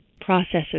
processes